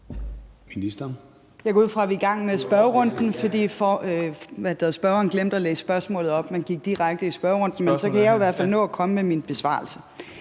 Jeg går ud fra, vi er i gang med spørgerunden, men spørgeren glemte at læse spørgsmålet op, men gik direkte i spørgerunden. Men så kan jeg jo i hvert fald nå at komme med min besvarelse.